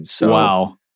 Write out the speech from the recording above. Wow